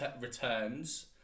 returns